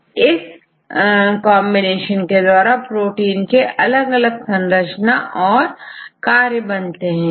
जिस तरह इंग्लिश के 26 अल्फाबेट्स ए अलग अलग शब्द बनते हैं उसी तरह 20 अमीनो एसिड से अलग अलग प्रोटीन बनते हैं और उनके कार्य अलग अलग होते हैं